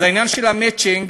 אז העניין של המצ'ינג